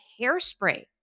hairspray